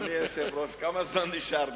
אדוני היושב-ראש, כנסת נכבדה,